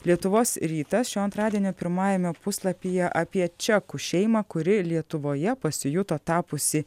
lietuvos rytas šio antradienio pirmajame puslapyje apie čekų šeimą kuri lietuvoje pasijuto tapusi